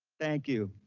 thank you.